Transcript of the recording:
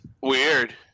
Weird